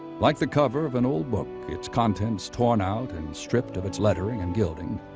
like the cover of an old book, its contents torn out and stripped of its lettering and gilding,